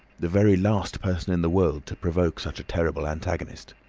the very last person in the world to provoke such a terrible antagonist.